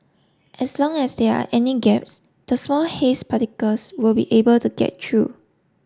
as long as there are any gaps the small haze particles will be able to get through